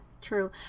true